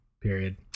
Period